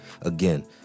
Again